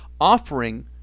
offering